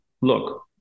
look